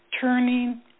turning